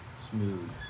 smooth